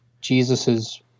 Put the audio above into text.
jesus's